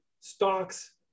stocks